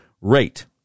Rate